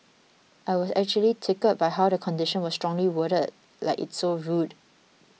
I was actually tickled by how the condition was strongly worded like it's so rude